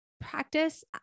practice